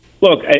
Look